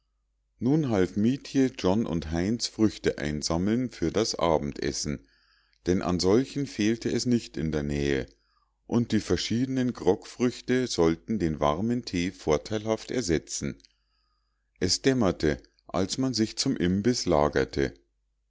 nun half mietje john und heinz früchte einsammeln für das nachtessen denn an solchen fehlte es nicht in der nähe und die verschiedenen grogfrüchte sollten den warmen tee vorteilhaft ersetzen es dämmerte als man sich zum imbiß lagerte